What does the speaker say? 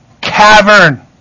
cavern